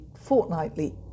fortnightly